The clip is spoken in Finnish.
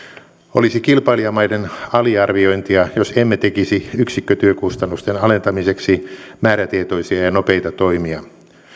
olisi kilpailijamaiden aliarviointia jos emme tekisi yksikkötyökustannusten alentamiseksi määrätietoisia ja nopeita toimia